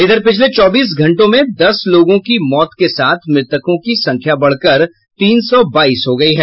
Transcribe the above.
इधर पिछले चौबीस घंटों में दस लोगों की मौत के साथ मृतकों की संख्या बढ़कर तीन सौ बाईस हो गयी है